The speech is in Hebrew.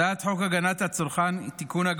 הצעת חוק הגנת הצרכן (תיקון,